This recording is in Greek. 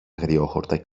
αγριόχορτα